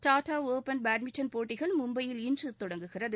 Tata open badminton போட்டிகள் மும்பையில் இன்று தொடங்குகிறது